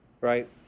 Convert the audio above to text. right